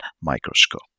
microscope